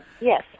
Yes